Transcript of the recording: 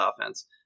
offense